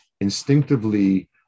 instinctively